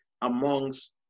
amongst